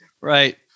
Right